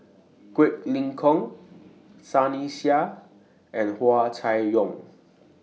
Quek Ling Kiong Sunny Sia and Hua Chai Yong